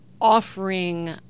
offering